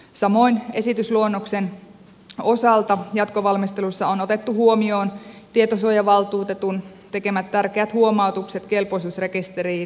samoin esitysluonnoksen osalta jatkovalmistelussa on otettu huomioon tietosuojavaltuutetun tekemät tärkeät huomautukset kelpoisuusrekisteriin rekisteröidyistä henkilöistä